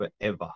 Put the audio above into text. forever